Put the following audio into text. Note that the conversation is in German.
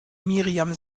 miriam